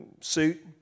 suit